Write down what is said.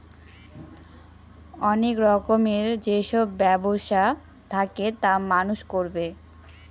অনেক রকমের যেসব ব্যবসা থাকে তা মানুষ করবে